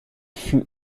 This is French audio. fut